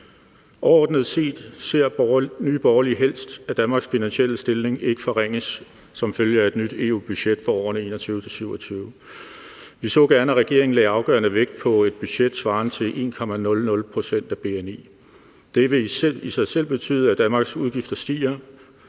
Overordnet set ser Nye Borgerlige helst, at Danmarks finansielle stilling ikke forringes som følge af et nyt EU-budget for årene 2021-2027. Vi så gerne, at regeringen lagde afgørende vægt på et budget svarende til 1,00 pct. af bni. Det vil i sig selv betyde, at Danmarks udgifter stiger.